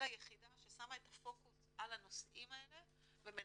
אלא יחידה ששמה את הפוקוס על הנושאים האלה ומנסה,